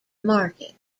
market